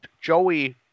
Joey